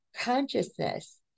consciousness